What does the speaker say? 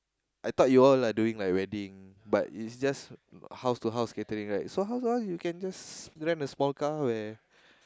I thought you all are doing like wedding but it's just house to house catering right so house to house you can just rent a small car where